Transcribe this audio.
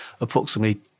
approximately